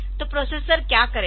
तो प्रोसेसर क्या करेगा